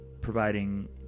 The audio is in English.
providing